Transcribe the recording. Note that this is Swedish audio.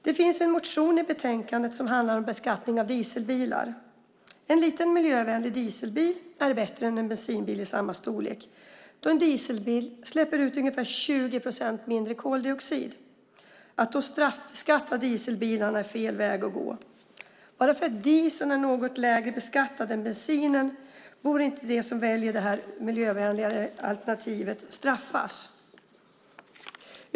Det finns en motion i betänkandet som handlar om beskattningen av dieselbilar. En liten miljövänlig dieselbil är bättre än en bensinbil i samma storlek då en dieselbil släpper ut ungefär 20 procent mindre koldioxid. Att då straffbeskatta dieselbilarna är fel väg att gå. De som väljer detta miljövänligare alternativ borde inte straffas bara för att dieseln är något lägre beskattad än bensinen.